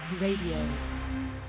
radio